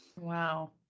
Wow